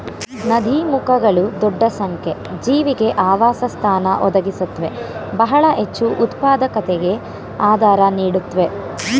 ನದೀಮುಖಗಳು ದೊಡ್ಡ ಸಂಖ್ಯೆ ಜೀವಿಗೆ ಆವಾಸಸ್ಥಾನ ಒದಗಿಸುತ್ವೆ ಬಹಳ ಹೆಚ್ಚುಉತ್ಪಾದಕತೆಗೆ ಆಧಾರ ನೀಡುತ್ವೆ